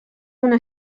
una